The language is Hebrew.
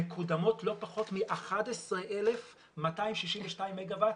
מקודמות לא פחות מ-11,262 מגה-ואט.